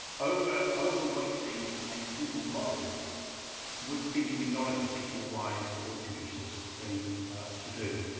over over weighting a single model would seem to me not a particularly wise or judicious thing to do.